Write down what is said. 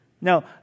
Now